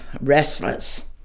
restless